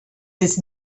its